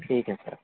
ٹھیک ہے سر